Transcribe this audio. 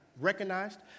recognized